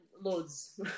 loads